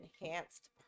enhanced